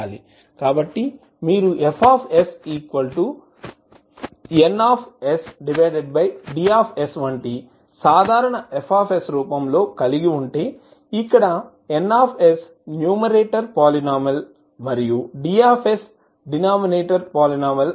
కాబట్టి మీరు FsNDవంటి సాధారణ F రూపంలో కలిగి ఉంటే ఇక్కడ N న్యూమరేటర్ పాలినోమినల్ మరియు D డినామినేటర్ పాలినోమినల్